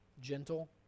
gentle